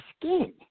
skin